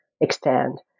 extend